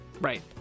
Right